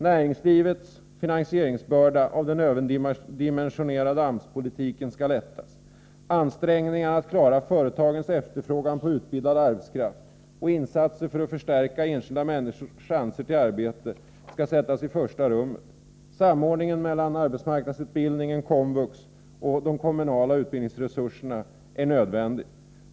Näringslivets finansieringsbörda av den överdimensionerade AMS-politiken skall lättas. Ansträngningarna att klara företagens efterfrågan på utbildad arbetskraft och insatser för att förstärka enskilda människors chanser till arbete skall sättas i första rummet. Samordningen mellan arbetsmarknadsutbildningen, Komvux och de kommunala utbildningsresurserna är nödvändig.